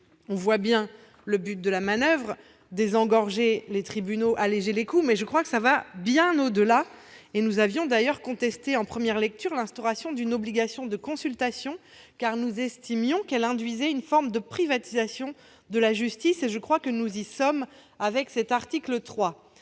On voit bien le but de la manoeuvre : désengorger les tribunaux et alléger les coûts. Mais je crois que cela va bien au-delà. Nous avions d'ailleurs contesté en première lecture l'instauration d'une obligation de consultation, car nous estimions qu'elle induisait une forme de privatisation de la justice. Nous y sommes avec cet article 3.